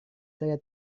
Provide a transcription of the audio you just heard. saya